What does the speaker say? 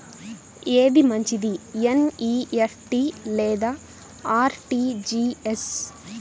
ఏది మంచి ఎన్.ఈ.ఎఫ్.టీ లేదా అర్.టీ.జీ.ఎస్?